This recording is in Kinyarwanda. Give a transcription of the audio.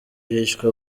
hishwe